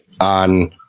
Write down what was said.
on